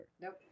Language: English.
Nope